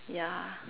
yeah